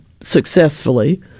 successfully